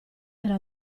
era